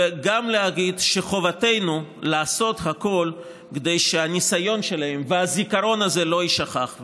וגם להגיד שחובתנו לעשות הכול כדי שהניסיון שלהם והזיכרון הזה לא יישכח.